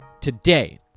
today